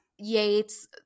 Yates